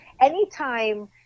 Anytime